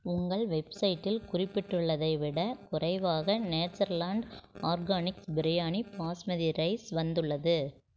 உங்கள் வெப்சைட்டில் குறிப்பிட்டுள்ளதை விடக் குறைவாக Natureland Organics biryani basmati rice வந்துள்ளது